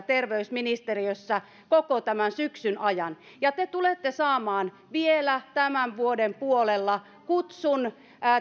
terveysministeriössä koko tämän syksyn ajan ja te tulette saamaan vielä tämän vuoden puolella kutsun